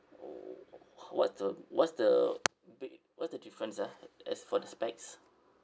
w~ what's the what's the big what's the difference ah as for the specs